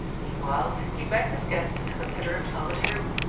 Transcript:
meanwhile he begged his guest to consider himself at home,